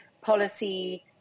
policy